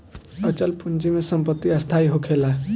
अचल पूंजी में संपत्ति स्थाई होखेला